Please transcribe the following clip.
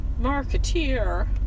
marketeer